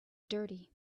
dirty